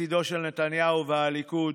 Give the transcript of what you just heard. מצידם של נתניהו והליכוד.